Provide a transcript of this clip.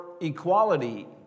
equality